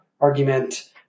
argument